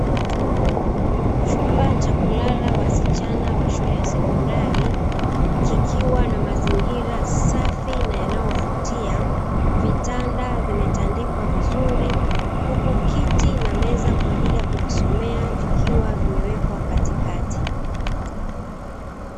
Chumba cha kulala wasichana wa shule ya sekondari, kikiwa na mazingira safi na yanayovutia, vitanda vimetandikwa vizuri huku kiti na meza kwajili ya kujisomea vikiwa vimewekwa katikati.